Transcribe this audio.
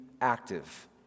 active